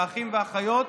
אחים ואחיות,